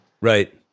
right